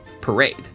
parade